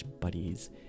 buddies